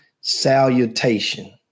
salutation